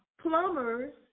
Plumbers